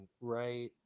right